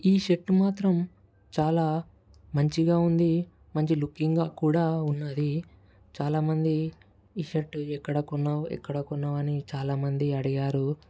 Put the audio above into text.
ఈ షర్ట్ మాత్రం చాలా మంచిగా ఉంది మంచి లుకింగ్గా కూడా ఉన్నాది చాలా మంది ఈ షర్ట్ ఎక్కడ కొన్నావు ఎక్కడ కొన్నావు అని చాలా మంది అడిగారు